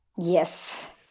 Yes